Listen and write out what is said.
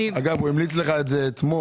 אגב, הוא המליץ לך את זה אתמול.